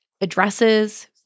addresses